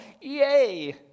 Yay